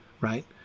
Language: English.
Right